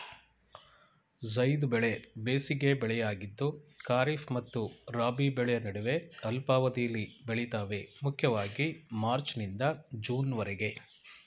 ಝೈದ್ ಬೆಳೆ ಬೇಸಿಗೆ ಬೆಳೆಯಾಗಿದ್ದು ಖಾರಿಫ್ ಮತ್ತು ರಾಬಿ ಬೆಳೆ ನಡುವೆ ಅಲ್ಪಾವಧಿಲಿ ಬೆಳಿತವೆ ಮುಖ್ಯವಾಗಿ ಮಾರ್ಚ್ನಿಂದ ಜೂನ್ವರೆಗೆ